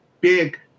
big